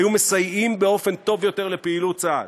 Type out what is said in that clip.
היו מסייעים באופן טוב יותר לפעילות צה"ל.